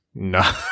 No